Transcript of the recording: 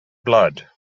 blood